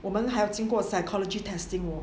我们还要经过 psychology testing 哦